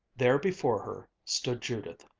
there before her, stood judith,